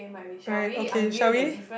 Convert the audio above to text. right okay shall we